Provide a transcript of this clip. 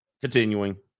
Continuing